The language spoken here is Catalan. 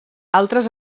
altres